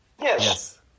Yes